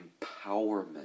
empowerment